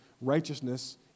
righteousness